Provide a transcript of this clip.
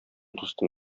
дустым